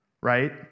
right